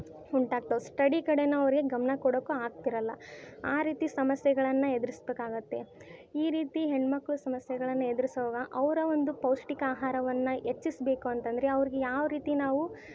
ಉಂಟಾಗ್ತವೆ study ಕಡೆಯೂ ಅವ್ರಿಗೆ ಗಮನ ಕೊಡೋಕ್ಕೂ ಆಗ್ತಿರೋಲ್ಲ ಆ ರೀತಿ ಸಮಸ್ಯೆಗಳನ್ನು ಎದುರಿಸಬೇಕಾಗತ್ತೆಈ ರೀತಿ ಹೆಣ್ಮಕ್ಳು ಸಮಸ್ಯೆಗಳನ್ನು ಎದುರಿಸುವಾಗ ಅವರ ಒಂದು ಪೌಷ್ಟಿಕ ಆಹಾರವನ್ನ ಹೆಚ್ಚಿಸ್ಬೇಕು ಅಂತಂದರೆ ಅವ್ರಿಗೆ ಯಾವರೀತಿ ನಾವು